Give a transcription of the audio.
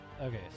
Okay